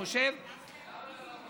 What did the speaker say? למה אתה לא יכול לחתום?